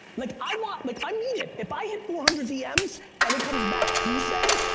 like i want, like i mean it. if i hit four hundred dm's, and it comes back goose egg,